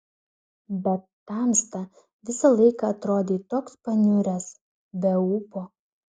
bet tamsta visą laiką atrodei toks paniuręs be ūpo